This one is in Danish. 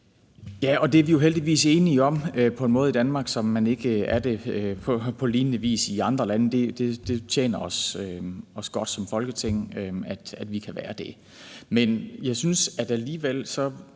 Ja, det er vi jo heldigvis enige om i Danmark på en måde, som man ikke på lignende vis er det i andre lande. Det tjener os godt som Folketing, at vi kan være det. Men jeg synes, at det alligevel